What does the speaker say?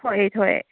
ꯊꯣꯛꯑꯦ ꯊꯣꯛꯑꯦ